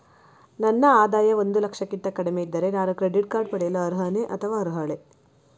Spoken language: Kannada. ನನ್ನ ಆದಾಯ ಒಂದು ಲಕ್ಷಕ್ಕಿಂತ ಕಡಿಮೆ ಇದ್ದರೆ ನಾನು ಕ್ರೆಡಿಟ್ ಕಾರ್ಡ್ ಪಡೆಯಲು ಅರ್ಹನೇ ಅಥವಾ ಅರ್ಹಳೆ?